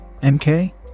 Mk